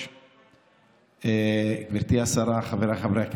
היושב-ראש, גברתי השרה, חבריי חברי הכנסת,